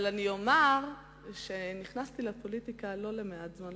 אבל אני אומר שנכנסתי לפוליטיקה לא למעט זמן,